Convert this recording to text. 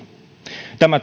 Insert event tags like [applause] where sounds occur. tämä [unintelligible]